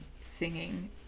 singing